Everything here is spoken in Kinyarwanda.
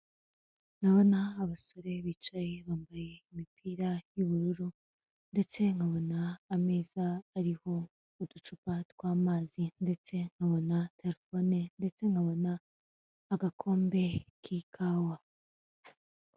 Ndabona abasore bicaye bambaye imipira y'ubururu ndetse nkabona ameza ariho uducupa tw'amazi ndetse nkabona telefone ndetse nkabona agakombe k'ikawa.